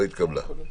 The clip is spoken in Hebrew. לא התקבלה.